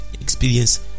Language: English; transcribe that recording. experience